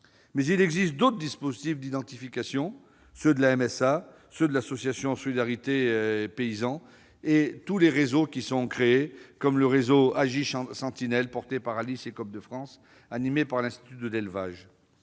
Il existe d'autres dispositifs d'identification : ceux de la MSA, ceux de l'association Solidarité Paysans et ceux de divers réseaux, comme le réseau Agri-sentinelles, porté par Allice et Coop de France et animé par l'Institut de l'élevage.